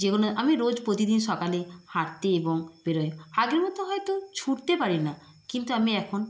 যেগুলো আমি রোজ প্রতিদিন সকালে হাঁটতে এবং বেরোই আগের মত হয়তো ছুটতে পারি না কিন্তু আমি এখন